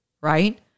right